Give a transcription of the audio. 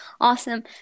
Awesome